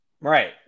right